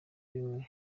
bimwe